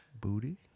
Booty